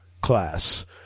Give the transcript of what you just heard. class